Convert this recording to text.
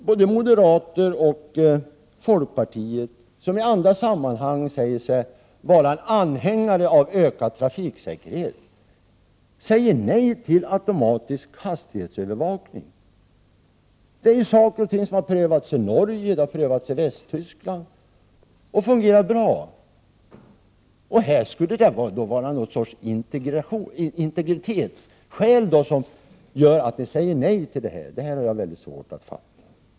Både moderater och folkpartister, som i andra sammanhang säger sig vara anhängare av ökad trafiksäkerhet, säger nej till automatisk hastighetsövervakning. Det har prövats i Norge och Västtyskland och fungerar bra. Det skulle vara någon sorts integritetsskäl som gör att ni säger nej. Detta har jag mycket svårt att fatta.